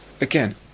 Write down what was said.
again